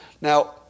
Now